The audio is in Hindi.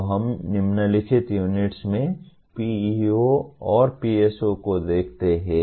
तो हम निम्नलिखित यूनिट्स में PEO और PSO को देखते हैं